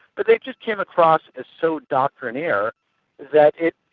but they just came across as so doctrinaire that it,